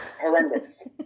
horrendous